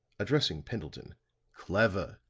addressing pendleton clever!